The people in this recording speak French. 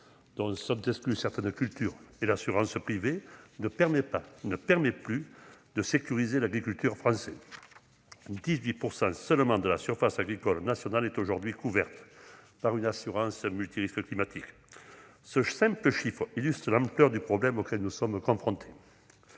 dont sont exclues certaines cultures -et l'assurance privée ne permet pas, ne permet plus de sécuriser les agriculteurs français. Aujourd'hui, seulement 18 % de la surface agricole nationale est couverte par une assurance multirisque climatique. Ce simple chiffre illustre l'ampleur du problème auquel nous sommes confrontés.